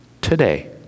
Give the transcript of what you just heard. today